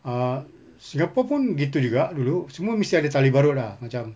ah singapore pun macam gitu juga dulu semua mesti ada tali barut lah macam